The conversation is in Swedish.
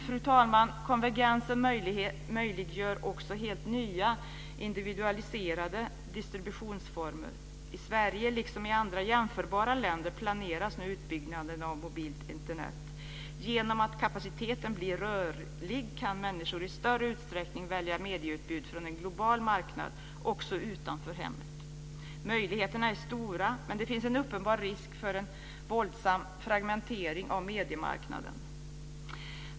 Fru talman! Konvergensen möjliggör också helt nya individualiserade distributionsformer. I Sverige liksom i andra jämförbara länder planeras nu utbyggnaden av mobilt Internet. Genom att kapaciteten blir rörlig kan människor i större utsträckning välja medieutbud från en global marknad också utanför hemmet. Möjligheterna är stora, men det finns en uppenbar risk för en våldsam fragmentering av mediemarknaden.